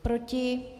Proti?